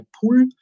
pull